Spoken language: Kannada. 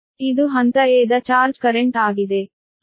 ಇದು ಹಂತದ a ದ ಚಾರ್ಜ್ ಕರೆಂಟ್ ಆಗಿದೆ